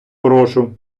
прошу